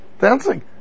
dancing